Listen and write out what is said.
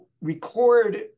record